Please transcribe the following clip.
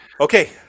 okay